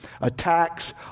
Attacks